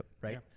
right